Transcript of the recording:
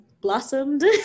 blossomed